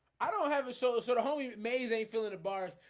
i don't have a solo sort of homie. amazing feeling the bars.